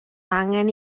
angen